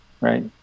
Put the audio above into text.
right